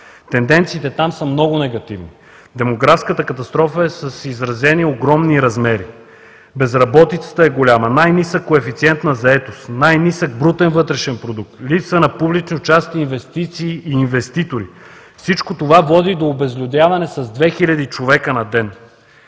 Тенденциите там са много негативни: демографската катастрофа е с изразени огромни размери, безработицата е голяма, най-нисък коефициент на заетост, най-нисък брутен вътрешен продукт, липса на публични частни инвестиции и инвеститори. Всичко това води до обезлюдяване с две хиляди човека на ден